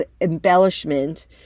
embellishment